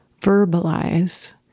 verbalize